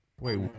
Wait